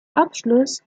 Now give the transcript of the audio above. abschluss